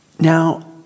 Now